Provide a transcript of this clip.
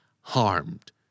harmed